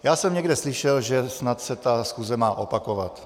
Já jsem někde slyšel, že snad se ta schůze má opakovat.